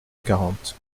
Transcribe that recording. quarante